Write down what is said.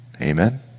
Amen